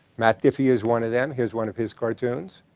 matt diffee is one of them. here's one of his cartoons.